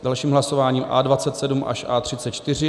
Dalším hlasováním A27 až A34.